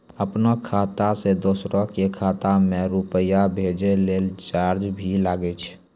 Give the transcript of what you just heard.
आपनों खाता सें दोसरो के खाता मे रुपैया भेजै लेल चार्ज भी लागै छै?